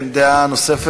כן, דעה נוספת.